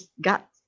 got